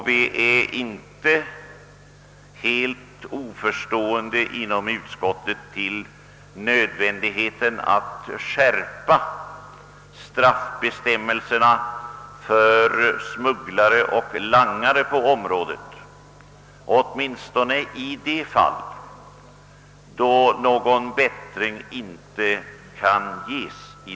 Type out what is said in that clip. Vi ställer oss inte inom utskottet helt oförstående till tanken på att skärpa straffbestämmelserna för smugglare och langare på området; detta är nödvändigt åtminstone i de fall då någon bättring inte sker.